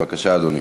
בבקשה, אדוני.